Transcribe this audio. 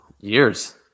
years